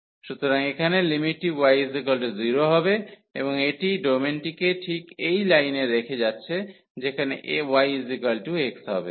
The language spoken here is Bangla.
সুতরাং এখানে লিমিটটি y0 হবে এবং এটি ডোমেনটিকে ঠিক এই লাইনে রেখে যাচ্ছে যেখানে yx হবে